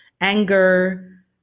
anger